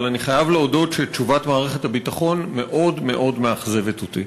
אבל אני חייב להודות שתשובת מערכת הביטחון מאוד מאוד מאכזבת אותי,